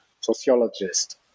sociologist